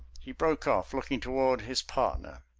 he broke off, looking toward his partner.